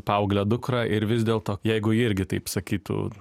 paauglę dukrą ir vis dėlto jeigu ji irgi taip sakytų